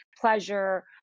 pleasure